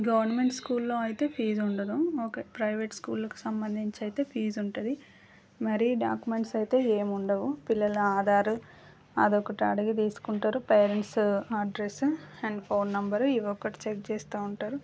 government స్కూల్లో అయితే fee ఉండదు ఓకే ప్రైవేట్ స్కూళ్ళకి సంబంధించి అయితే ఫీజు ఉంటుంది మరీ డాక్యూమెంట్స్ అయితే ఏం ఉండవు పిల్లల ఆధారు అది ఒకటి అడిగి తీసుకుంటారు parents address and phone number ఇవి ఒకటి చెక్ చేస్తు ఉంటారు